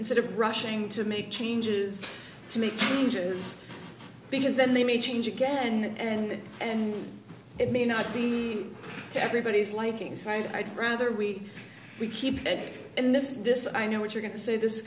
instead of rushing to make changes to make changes because then they may change again and and it may not be to everybody's liking so i'd rather we we keep it and this is this i know what you're going to say this